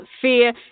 fear